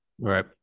Right